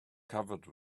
covered